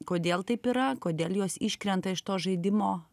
kodėl taip yra kodėl jos iškrenta iš to žaidimo